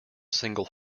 single